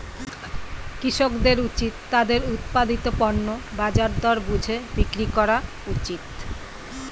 কৃষকদের উচিত তাদের উৎপাদিত পণ্য বাজার দর বুঝে বিক্রি করা উচিত